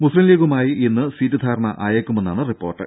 മുസ്ലീം ലീഗുമായി ഇന്ന് സീറ്റ് ധാരണ ആയേക്കുമെന്നാണ് റിപ്പോർട്ട്